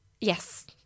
Yes